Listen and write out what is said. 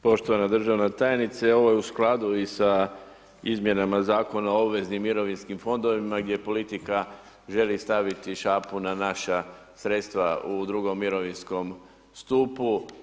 Poštovana državna tajnice, ovo je u skladu i sa izmjenama Zakona o obveznim mirovinskim fondovima gdje politika želi staviti šapu na naša sredstva u II. mirovinskom stupu.